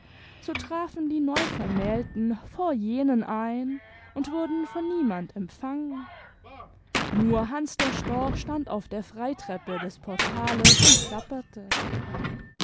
so trafen die neuvermählten vor jenen ein und wurden von niemand empfangen nur hanns der storch stand auf der freitreppe des portales und klapperte